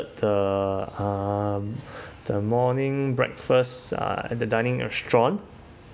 the um the morning breakfast uh at the dining restaurant